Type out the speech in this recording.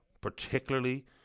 particularly